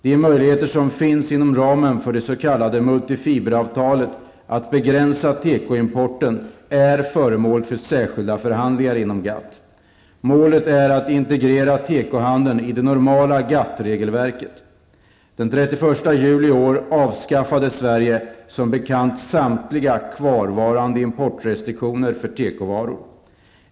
De möjligheter som finns inom ramen för det s.k. multifiberavtalet att begränsa tekoimporten är föremål för särskilda förhandlingar inom GATT. Målet är att integrera tekohandeln i det normala GATT-regelverket. Den 31 juli i år avskaffade Sverige, som bekant, samtliga kvarvarande importrestriktioner för tekovaror.